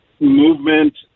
movement